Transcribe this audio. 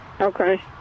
Okay